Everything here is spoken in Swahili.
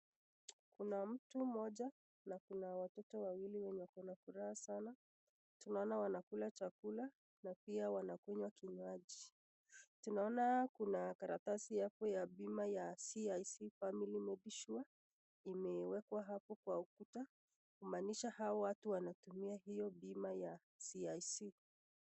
Kuna mtu moja na kuna watoto wawili wenye wako na furaha sana tunaona wanakula chakula pia wanakunywa kinywaji tunaona Kuna karatasi hapo ya bima ya CIC family mobisure imewekwa hapo Kwa ukuta kumanisha hawa watu wanatumia hiyo bima ya CIC .